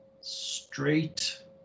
straight